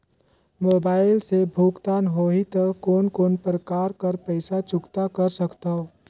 Mobile से भुगतान होहि त कोन कोन प्रकार कर पईसा चुकता कर सकथव?